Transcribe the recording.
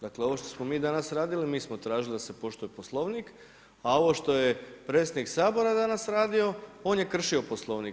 Dakle, ovo što smo mi danas radili, mi smo tražili da se poštuje Poslovnik a ovo što je predsjednik Sabora danas radio, on je kršio Poslovnik.